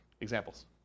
Examples